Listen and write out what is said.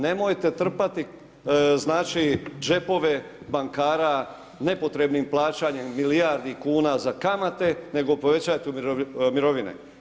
Nemojte trpati znači džepove bankara nepotrebnih plaćanjem milijardi kuna za kamate nego povećajte mirovine.